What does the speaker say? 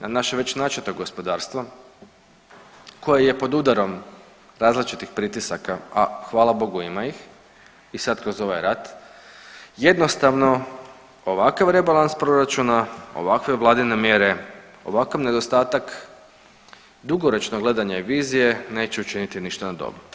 Na naše već načeto gospodarstvo koje je pod udarom različitih pritisaka, a hvala Bogu, ima ih, i sad kroz ovaj rat, jednostavno ovakav rebalans proračuna, ovakve Vladine mjere, ovakav nedostatak, dugoročno gledanje vizije neće učiniti ništa dobro.